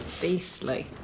Beastly